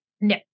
no